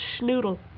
schnoodle